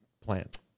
plant